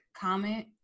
comment